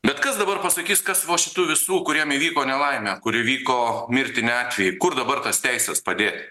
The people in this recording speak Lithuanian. bet kas dabar pasakys kas vo šitų visų kuriem įvyko nelaimė kuri įvyko mirtini atvejai kur dabar tas teises padėt